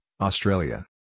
Australia